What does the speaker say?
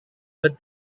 but